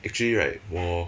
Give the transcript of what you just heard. actually right 我